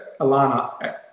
Alana